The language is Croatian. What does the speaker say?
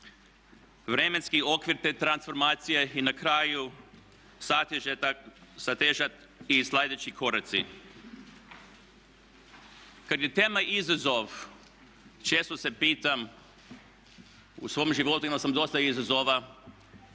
vremenski okvir te transformacije i na kraju i sažetak i sljedeći koraci. Kada je tema izazov često se pitam u svom životu imao sam dosta izazova